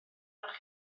arnoch